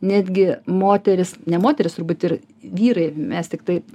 netgi moteris ne moterys turbūt ir vyrai mes tiktai